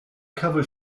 covers